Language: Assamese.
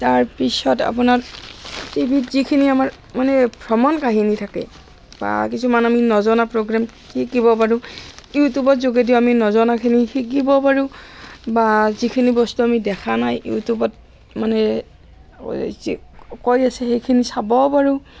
তাৰপিছত আপোনাৰ টি ভিত যিখিনি আমাৰ মানে ভ্ৰমণ কাহিনী থাকে বা কিছুমান আমি নজনা প্ৰগ্ৰেম শিকিব পাৰোঁ ইউটিউবৰ যোগেদিও আমি নজনাখিনি শিকিব পাৰোঁ বা যিখিনি বস্তু আমি দেখা নাই ইউটিউবত মানে এই যি কৈ আছে সেইখিনি চাবও পাৰোঁ